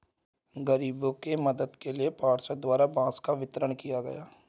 गरीबों के मदद के लिए पार्षद द्वारा बांस का वितरण किया गया